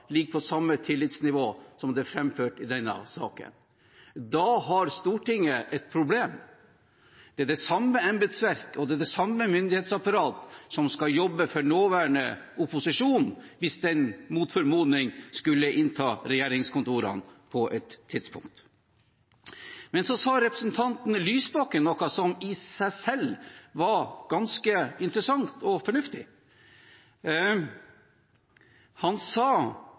ligger på det samme tillitsnivået som det som er framført i denne saken? Da har Stortinget et problem. Det er det samme embetsverk og samme myndighetsapparat som skal jobbe for nåværende opposisjon, hvis den mot formodning skulle innta regjeringskontorene på et tidspunkt. Så sa representanten Lysbakken noe som i seg selv var ganske interessant og fornuftig. Han sa